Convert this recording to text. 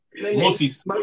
Moses